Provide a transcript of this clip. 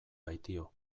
baitio